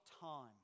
time